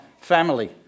family